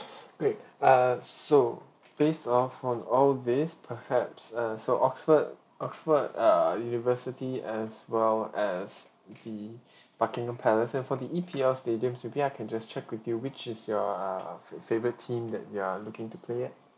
great err so based off from all these perhaps uh so oxford oxford err university as well as the buckingham palace and for the E_P_L stadiums may be I can just check with you which is your err fa~ favorite team that you are looking to play at